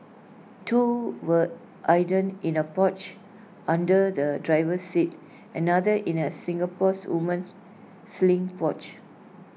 two were hidden in A pouch under the driver's seat another in A Singapore's woman's sling pouch